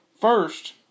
First